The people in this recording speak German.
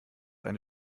eine